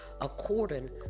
according